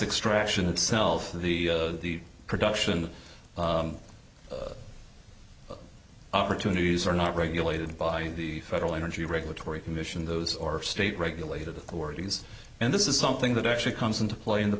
extraction itself the production opportunities are not regulated by the federal energy regulatory commission those or state regulated authorities and this is something that actually comes into play in the